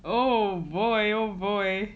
oh boy oh boy